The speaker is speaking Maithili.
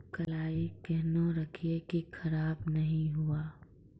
कलाई केहनो रखिए की खराब नहीं हुआ?